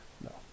no